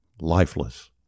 lifeless